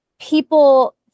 people